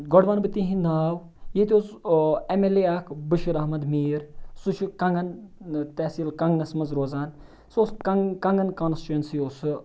گۄڈٕ وَنہٕ بہٕ تِہِنٛدۍ ناو ییٚتہِ اوس اٮ۪م اٮ۪ل اے اَکھ بٔشیٖر احمد میٖر سُہ چھُ کَنٛگَن تحصیٖل کَنٛگنَس منٛز روزان سُہ اوس کن کَنٛگَن کانسچُوینسی اوس سُہ